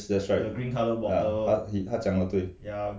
that's right ya he 他讲的对